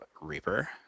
Reaper